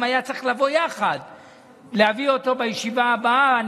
אנחנו לא יכולים להיות האויבים הכי גדולים של עצמנו בהגדרה שלנו כעם,